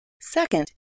Second